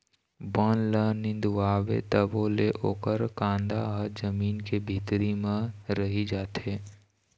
बन ल निंदवाबे तभो ले ओखर कांदा ह जमीन के भीतरी म रहि जाथे